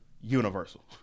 Universal